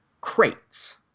crates